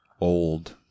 old